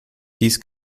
dies